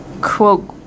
Quote